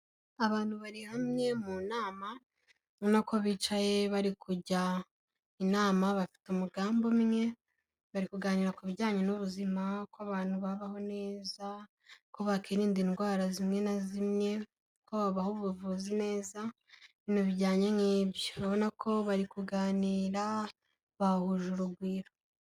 Abantu bari hamye mu nama ubona ko bicaye bari kujya inama, bafite umugambi umwe bari kuganira ku bijyanye n'ubuzima, uko abantu babaho neza, uko bakirinda indwara zimwe na zimwe, uko babaha ubuvuzi neza, ibintu bijyanye n'ibyo. Urabona ko bari kuganira bahuje urugwiro.